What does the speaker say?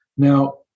Now